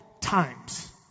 times